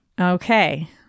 Okay